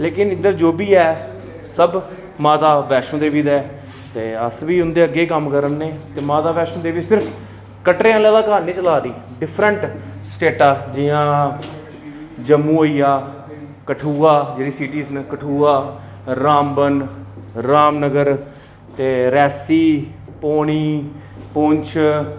लेकिन इद्धर जो बी ऐ सब माता बैष्णो देवी दे ते अस बी उं'दे अग्गें गै कम्म करा ने ते माता बैष्णो देबी सिर्फ कटरे आह्लें दा घर निं चला दी डिफरेंट स्टेटां जियां जम्मू होई गेआ कठुआ जेह्ड़े सिटिज न कठुआ रामबन राम नगर ते रियासी पौनी पुंछ